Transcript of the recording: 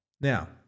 Now